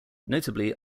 notably